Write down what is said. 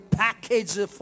package